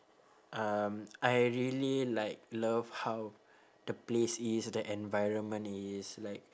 um I really like love how the place is the environment is like